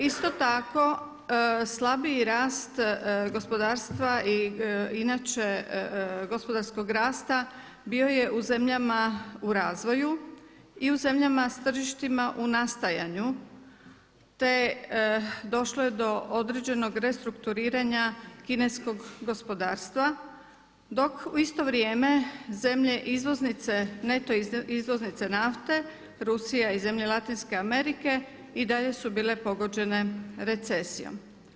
Isto tako slabiji rast gospodarstva i inače gospodarskog rasta bio je u zemljama u razvoju i u zemljama s tržištima u nastajanju te došlo je do određenog restrukturiranja kineskog gospodarstva dok u isto vrijeme zemlje neto izvoznice nafte Rusija i zemlje Latinske Amerike i dalje su bile pogođene recesijom.